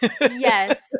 Yes